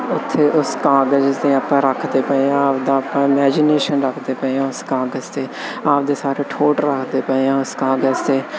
ਉਸ ਕਾਗਜ ਤੇ ਆਪਾਂ ਰੱਖਦੇ ਪਏ